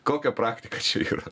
kokia praktika čia yra